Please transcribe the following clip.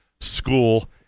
school